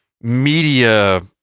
media